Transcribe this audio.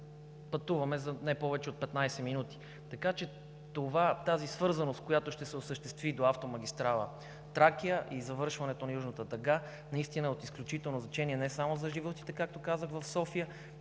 пътуваме за не повече от 15 минути. Така че тази свързаност, която ще се осъществи до автомагистрала „Тракия“ и завършването на Южната дъга, наистина е от изключително значение не само за живущите в София,